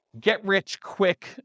get-rich-quick